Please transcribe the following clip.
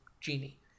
genie